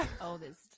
oldest